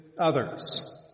others